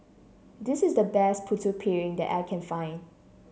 this is the best Putu Piring that I can find